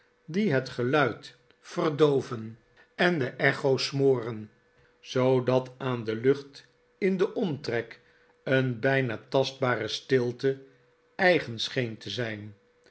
die het geluid verdooven en de echo smoren zoodat aan de lucht in den omtrek een bijna tastbare stilte eigen seheen te zijn